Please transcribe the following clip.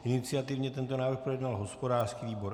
Iniciativně tento návrh projednal hospodářský výbor.